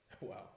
wow